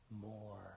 more